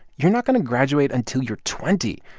you're not going to graduate until you're twenty.